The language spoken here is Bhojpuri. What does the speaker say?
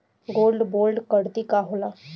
गोल्ड बोंड करतिं का होला?